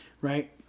Right